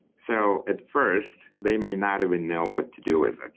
so, at first, they may not even know what to do with it.